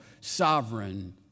sovereign